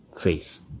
face